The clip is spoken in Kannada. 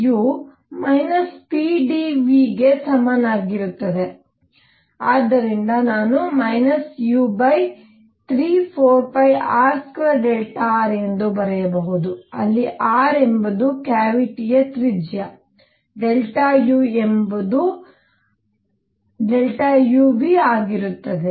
ಮತ್ತು ಆದ್ದರಿಂದ U pV ಗೆ ಸಮನಾಗಿರುತ್ತದೆ ಅದನ್ನು ನಾನು u34πr2rಎಂದು ಬರೆಯಬಹುದು ಅಲ್ಲಿ r ಎಂಬುದು ಕ್ಯಾವಿಟಿಯ ತ್ರಿಜ್ಯ U ಎಂಬುದು ಆದರೆ UV ಅಗಿರುತ್ತದೆ